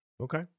Okay